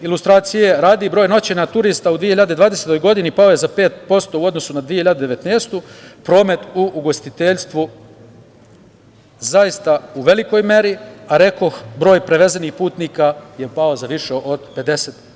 Ilustracije radi, broj noćenja turista u 2020. godini pao je za 5% u odnosu na 2019. godinu, promet u ugostiteljstvu zaista u velikoj meri, a rekoh broj prevezenih putnika je pao za više od 50%